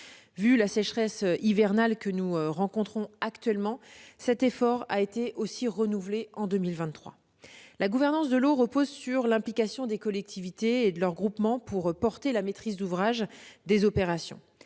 à la sécheresse hivernale que nous rencontrons actuellement, cet effort a été renouvelé en 2023. La gouvernance de l'eau repose sur l'implication des collectivités et de leurs groupements pour porter la maîtrise d'ouvrage des opérations.